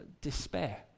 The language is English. despair